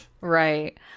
Right